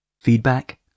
Feedback